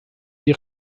die